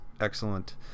excellent